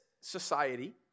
society